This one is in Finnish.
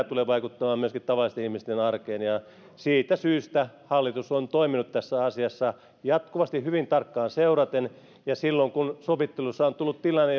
tulee vaikuttamaan myöskin tavallisten ihmisten arkeen ja siitä syystä hallitus on toiminut tässä asiassa jatkuvasti hyvin tarkkaan seuraten ja silloin kun sovittelussa on tullut tilanne